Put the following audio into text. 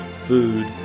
food